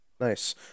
nice